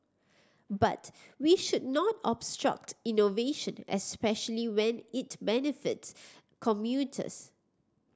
but we should not obstruct innovation especially when it benefits commuters